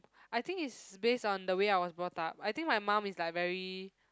I think is based on the way I was brought up I think my mum is like very